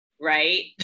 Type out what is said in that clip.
right